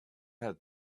had